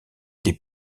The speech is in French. des